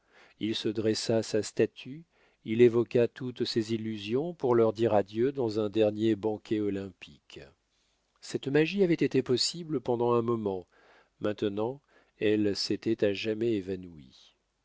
il se dressa sa statue il évoqua toutes ses illusions pour leur dire adieu dans un dernier banquet olympique cette magie avait été possible pendant un moment maintenant elle s'était à jamais évanouie